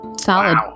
Solid